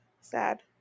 Sad